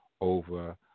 over